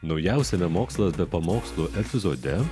naujausiame mokslas be pamokslų epizode